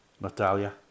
Natalia